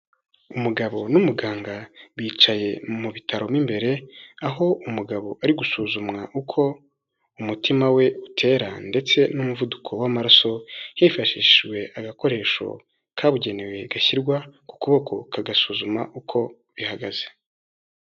Umugabo n'umuganga bicaye mu bitaro mo imbere, aho umugabo ari gusuzumwa uko umutima we utera ndetse n'umuvuduko w'amaraso, hifashishijwe agakoresho kabugenewe gashyirwa ku kuboko, kagasuzuma uko bihagaze.